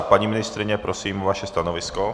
Paní ministryně, prosím o vaše stanovisko.